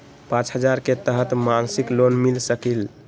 पाँच हजार के तहत मासिक लोन मिल सकील?